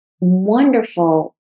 wonderful